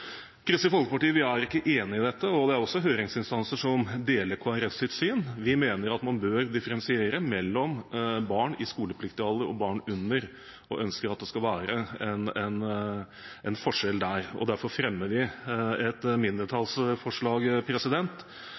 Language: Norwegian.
Kristelig Folkeparti er ikke enig i dette. Det er også høringsinstanser som deler Kristelig Folkepartis syn. Vi mener man bør differensiere mellom barn i skolepliktig alder og under, og ønsker at det skal være en forskjell der. Derfor fremmer vi et mindretallsforslag